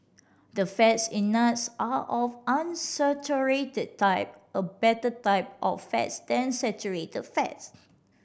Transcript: the fats in nuts are of unsaturated type a better type of fat than saturated fat